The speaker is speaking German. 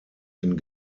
den